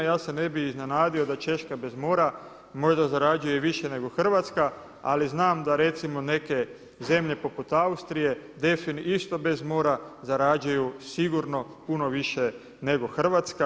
Ja se ne bi iznenadio da Češka bez mora možda zarađuje i više nego Hrvatska, ali znam da recimo neke zemlje poput Austrije isto bez mora zarađuju sigurno puno više nego Hrvatska.